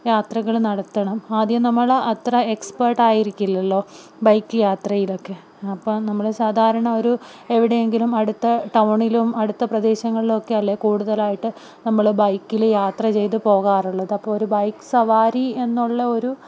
യാത്രകള് നടത്തണം ആദ്യം നമ്മള് അത്ര എക്സ്പേർട്ട് ആയിരിക്കില്ലല്ലോ ബൈക്ക് യാത്രയിലൊക്കെ അപ്പോള് നമ്മള് സാധാരണ ഒരു എവിടെയെങ്കിലും അടുത്ത ടൗണിലും അടുത്ത പ്രദേശങ്ങളിലുമൊക്കെയല്ലേ കൂടുതലായിട്ട് നമ്മള് ബൈക്കില് യാത്ര ചെയ്ത് പോകാറുള്ളത് അപ്പോള് ഒരു ബൈക്ക് സവാരിയെന്നുള്ള ഒരു